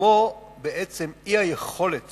כמו בעצם האי-יכולת